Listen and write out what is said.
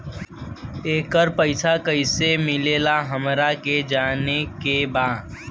येकर पैसा कैसे मिलेला हमरा के जाने के बा?